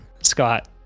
scott